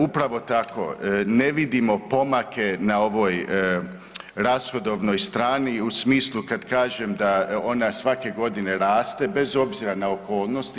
Upravo tako, ne vidimo pomake na ovoj rashodovnoj strani u smislu kada kažem da ona svake godine raste, bez obzira na okolnosti.